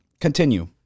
Continue